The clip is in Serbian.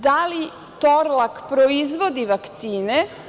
Da li Torlak proizvodi vakcine?